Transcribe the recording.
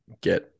get